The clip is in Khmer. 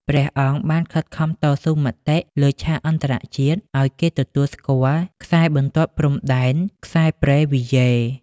ព្រះអង្គបានខិតខំតស៊ូមតិលើឆាកអន្តរជាតិឱ្យគេទទួលស្គាល់ខ្សែបន្ទាត់ព្រំដែន "ខ្សែប៊្រេវីយ៉េ"។